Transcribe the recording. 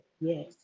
Yes